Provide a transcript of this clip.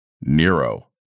Nero